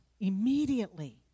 immediately